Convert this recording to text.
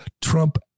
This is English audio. Trump